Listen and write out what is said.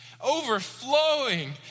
overflowing